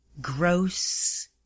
gross